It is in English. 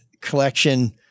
collection